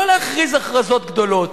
לא להכריז הכרזות גדולות.